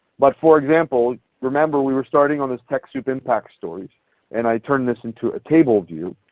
but for example, remember we were starting on this techsoup impact story and i turned this into a table view.